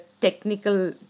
technical